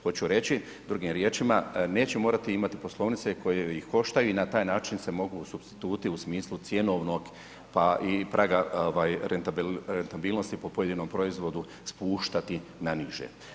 Hoću reći, drugim riječima, neće morati imati poslovnice koje koštaju i na taj način se mogu supstituti u smislu cjenovnog pa i praga rentabilnosti po pojedinom proizvodu spuštati na niže.